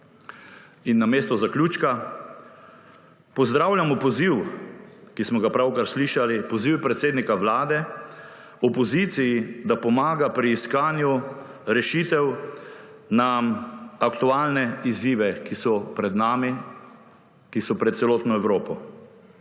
In namesto zaključka pozdravljamo poziv, ki smo ga pravkar slišali, poziv predsednika vlade opoziciji, da pomaga pri iskanju rešitev na aktualne izzive, ki so pred nami, ki so pred celotno Evropo.